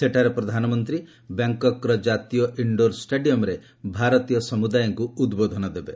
ସେଠାରେ ପ୍ରଧାନମନ୍ତ୍ରୀ ବ୍ୟାଙ୍କକ୍ର ଜାତୀୟ ଇନ୍ଡୋର ଷ୍ଟାଡିୟମ୍ରେ ଭାରତୀୟ ସମୁଦାୟଙ୍କୁ ଉଦ୍ବୋଧନ ଦେବେ